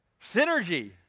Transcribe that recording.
Synergy